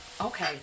Okay